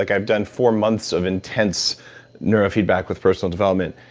like i've done four months of intense neuro feedback with personal development,